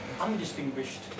undistinguished